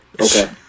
okay